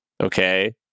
okay